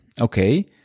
okay